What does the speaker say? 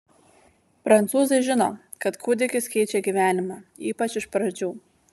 prancūzai žino kad kūdikis keičia gyvenimą ypač iš pradžių